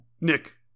Nick